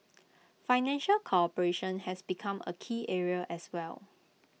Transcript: financial cooperation has become A key area as well